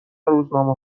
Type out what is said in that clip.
روزنامه